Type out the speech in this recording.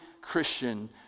Christian